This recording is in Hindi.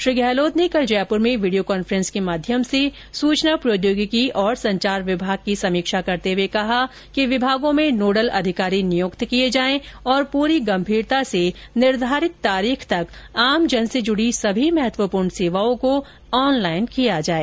श्री गहलोत ने कल जयपुर में वीडियो कॉन्फ्रेंस के माध्यम से सूचना प्रौद्योगिकी और संचार विभाग की समीक्षा करते हुए कहा कि विभागों में नोडल अधिकारी नियुक्त किए जाए तथा पूरी गंभीरता से निर्धारित तारीख तक आमजन से जुड़ी सभी महत्वपूर्ण सेवाओं को ऑनलाइन किया जाए